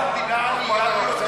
אנחנו המדינה הענייה ביותר ב-OECD,